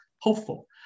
hopeful